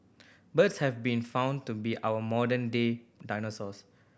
birds have been found to be our modern day dinosaurs